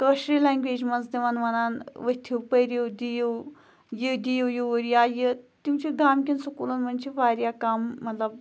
کٲشرِ لنٛگویج منٛز تِمَن وَنان ؤتھِو پٔرِو دِیِو یہِ دِیِو یوٗرۍ یا یہِ تِم چھِ گامکٮ۪ن سکوٗلَن منٛز چھِ واریاہ کَم مطلب